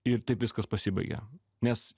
ir taip viskas pasibaigia nes